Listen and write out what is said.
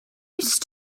used